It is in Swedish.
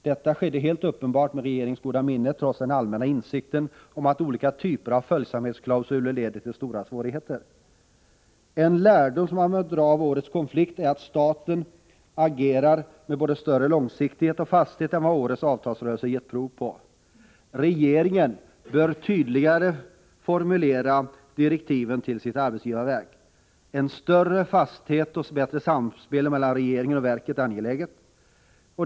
Detta skedde helt uppenbart med regeringens goda minne, trots den allmänna insikten om att olika typer av följsamhetsklausuler leder till stora svårigheter. En lärdom som bör dras av årets konflikt är att staten skall agera med både större långsiktighet och fasthet än vad årets avtalsrörelse gett prov på. Regeringen bör formulera tydligare direktiv till sitt arbetsgivarverk. En större fasthet och ett bättre samspel mellan regeringen och verket är Nr 162 angeläget.